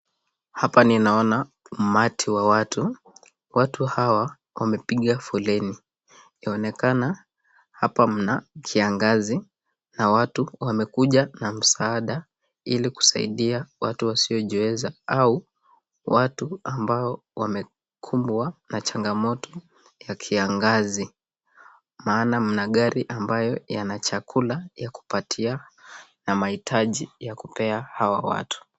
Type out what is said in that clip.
Hapa ninaona umati wa watu. Watu hawa wamepiga foleni. Inaonekana hapa mna kiangazi na watu wamekuja na msaada ili kusaidia watu wasio jiweza au watu ambao wamekumbwa na changamoto ya kiangazi. Maana mna gari ambayo yanachakula ya kupatia na mahitaji ya kupea hawa watu.